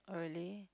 oh really